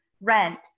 rent